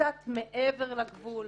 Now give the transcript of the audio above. קצת מעבר לגבול.